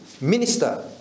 minister